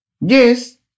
Yes